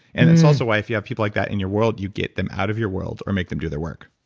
and that's also why if you have people like that in your world, you get them out of your world, or make them do their work